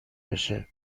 بشه